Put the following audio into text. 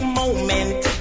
moment